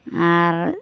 ᱟᱨ